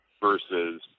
versus